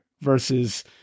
versus